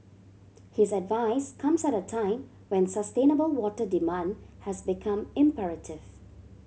his advice comes at a time when sustainable water demand has become imperative